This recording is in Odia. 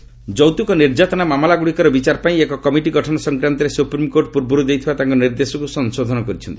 ଏସ୍ସି ଡାଉରୀ ଯୌତ୍କକ ନିର୍ଯାତନା ମାମଲାଗୁଡ଼ିକର ବିଚାର ପାଇଁ ଏକ କମିଟି ଗଠନ ସଂକ୍ରାନ୍ତରେ ସୁପ୍ରିମ୍କୋର୍ଟ ପୂର୍ବରୁ ଦେଇଥିବା ତାଙ୍କର ନିର୍ଦ୍ଦେଶକୁ ସଂଶୋଧନ କରିଛନ୍ତି